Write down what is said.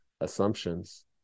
assumptions